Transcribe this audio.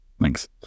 Thanks